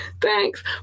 Thanks